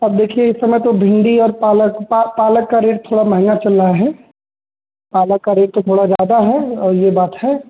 अब देखिए इस समय तो भिंडी और पालक पालक का रेट थोड़ा महंगा चल रहा हैं पालक का रेट तो थोड़ा ज़्यादा हैं और यह बात है